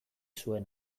zuen